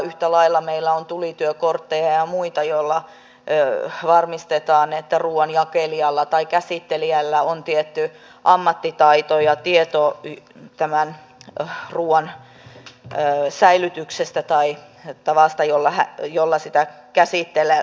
yhtä lailla kuin meillä on tulityökortteja ja muita varmistetaan että ruoan jakelijalla tai käsittelijällä on tietty ammattitaito ja tieto tämän ruoan säilytyksestä tai tavasta jolla sitä käsitellään